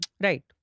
Right